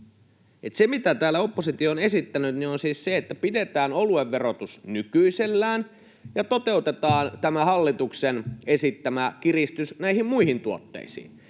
Se, mitä täällä oppositio on esittänyt, on siis se, että pidetään oluen verotus nykyisellään ja toteutetaan tämä hallituksen esittämä kiristys näihin muihin tuotteisiin.